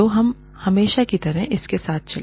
तो हम हमेशा की तरह इसके साथ चले